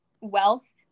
wealth